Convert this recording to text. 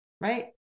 Right